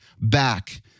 back